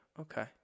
okay